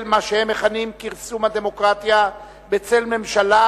מה שהם מכנים הכרסום בדמוקרטיה בצל ממשלה